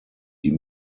die